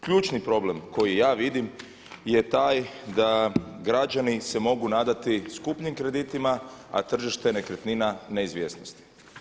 Ključni problem koji ja vidim je taj da građani se mogu nadati skupnim kreditima a tržište nekretnina neizvjesnosti.